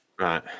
Right